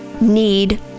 Need